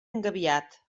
engabiat